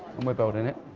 and we're building it,